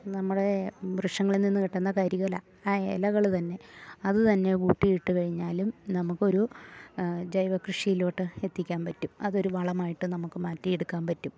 നമ്മളെ വൃക്ഷങ്ങളിൽ നിന്ന് കിട്ടുന്ന കരിയില ആ ഇലകൾ തന്നെ അതു തന്നെ കൂട്ടിയിട്ട് കഴിഞ്ഞാലും നമുക്കൊരു ജൈവ കൃഷിയിലോട്ട് എത്തിക്കാൻ പറ്റും അതൊരു വളമായിട്ട് നമുക്ക് മാറ്റിയെടുക്കാൻ പറ്റും